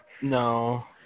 No